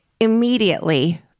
immediately